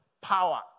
power